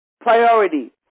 priority